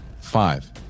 Five